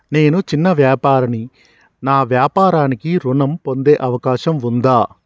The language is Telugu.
నేను చిన్న వ్యాపారిని నా వ్యాపారానికి ఋణం పొందే అవకాశం ఉందా?